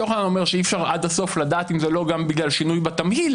יוחנן אומר שאי אפשר עד הסוף לדעת אם זה לא גם בגלל שינוי בתמהיל,